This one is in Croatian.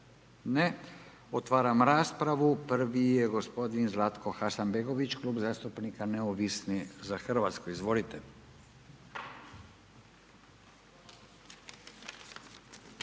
Otvaram raspravu. Prvi je gospodin Zlatko Hasanbegović, Klub zastupnika Neovisni za Hrvatsku. Izvolite.